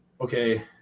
okay